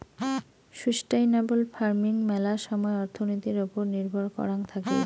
sustainable farming মেলা সময় অর্থনীতির ওপর নির্ভর করাং থাকি